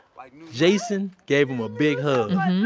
like jason gave him a big hug.